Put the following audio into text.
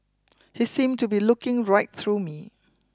he seemed to be looking right through me